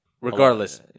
regardless